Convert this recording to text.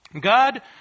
God